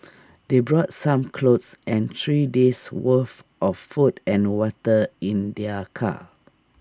they brought some clothes and three days' worth of food and water in their car